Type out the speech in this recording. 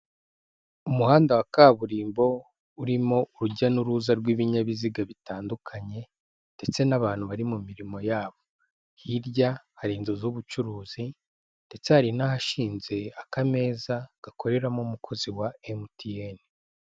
Umuhanda wa kaburimbo urimo urujya n'uruza rw'ibinyabiziga bitandukanye ndetse n'abantu bari mu mirimo yabo. Hirya hari inzu z'ubucuruzi ndetse hari n'ahashinze akamezaza gakoreramo umukozi wa Emutiyeni.